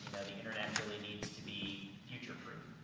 the internet really needs to be future-proof.